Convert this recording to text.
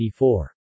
1984